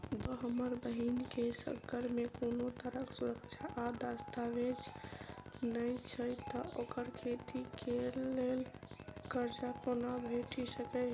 जँ हमरा बहीन केँ सङ्ग मेँ कोनो तरहक सुरक्षा आ दस्तावेज नै छै तऽ ओकरा खेती लेल करजा कोना भेटि सकैये?